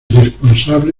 responsable